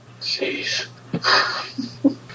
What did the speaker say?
Jeez